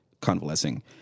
convalescing